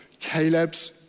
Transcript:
Calebs